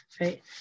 right